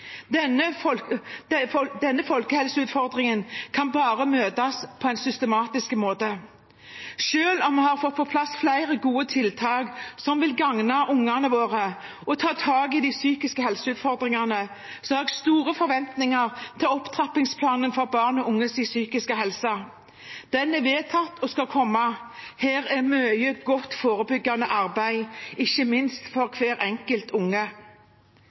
Denne folkehelseutfordringen kan bare møtes på en systematisk måte. Selv om vi har fått på plass flere gode tiltak som vil gagne ungene våre, og tar tak i de psykiske helseutfordringene, har jeg store forventninger til opptrappingsplanen for barn og unges psykiske helse. Den er vedtatt og skal komme. Her er det mye godt forebyggende arbeid, ikke minst for hver enkelt unge.